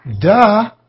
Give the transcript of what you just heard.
duh